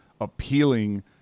appealing